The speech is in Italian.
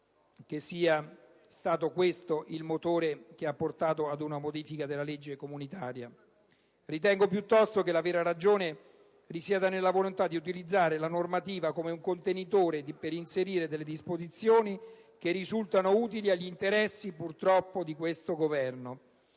credo sia stato questo il motore che ha portato ad una modifica della legge comunitaria. Ritengo piuttosto che la vera ragione risieda nella volontà di utilizzare la normativa come un contenitore per inserire disposizioni che, purtroppo, risultano utili agli interessi di questo Governo.